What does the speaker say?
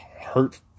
hurt